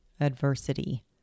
adversity